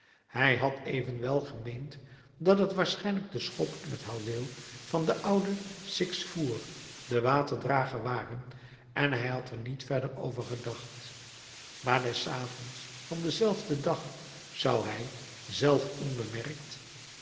hij had evenwel gemeend dat het waarschijnlijk de schop en het houweel van den ouden six fours den waterdrager waren en hij had er niet verder over gedacht maar des avonds van denzelfden dag zou hij zelf